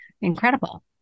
incredible